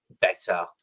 better